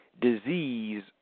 disease